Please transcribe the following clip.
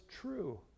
true